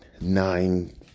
Nine